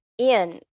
Ian